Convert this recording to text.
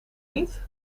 niet